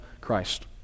Christ